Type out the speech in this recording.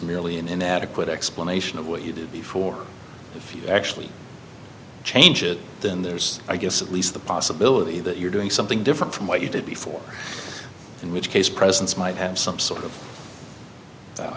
merely an inadequate explanation of what you did before you actually change it then there's i guess at least the possibility that you're doing something different from what you did before in which case presence might have